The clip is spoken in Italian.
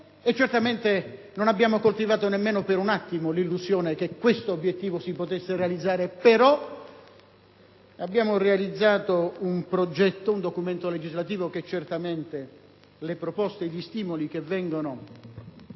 certamente non abbiamo coltivato nemmeno per un attimo l'illusione che tale obiettivo si potesse realizzare. Abbiamo però realizzato un documento legislativo che certamente le proposte e gli stimoli che vengono